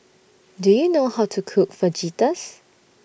Do YOU know How to Cook Fajitas